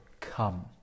come